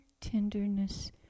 tenderness